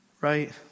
right